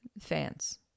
fans